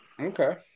okay